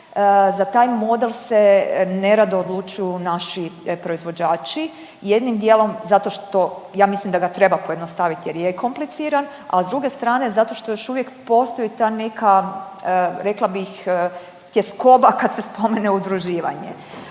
za taj model se nerado odlučuju naši proizvođači, jednim dijelom zato što, ja mislim da ga treba pojednostavit jer je kompliciran, a s druge strane zato što još uvijek postoji ta neka rekla bih tjeskoba kad se spomene udruživanje,